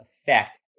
effect